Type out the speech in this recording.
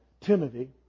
Timothy